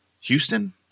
Houston